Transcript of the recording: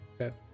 Okay